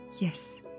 Yes